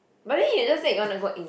but then you just said you wanna go and